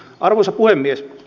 arvoisa puhemies